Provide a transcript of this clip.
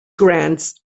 grants